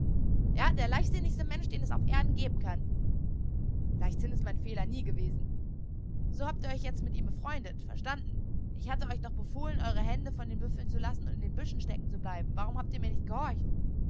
oho ja der leichtsinnigste mensch den es auf erden geben kann leichtsinn ist mein fehler nie gewesen so habt ihr euch jetzt mit ihm befreundet verstanden ich hatte euch doch befohlen eure hände von den büffeln zu lassen und in den büschen stecken zu bleiben warum habt ihr mir nicht gehorcht